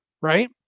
Right